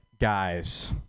guys